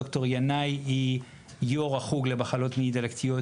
ד"ר ינאי היא יו"ר החוג למחלות מעי דלקתיות